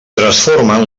transformen